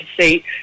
see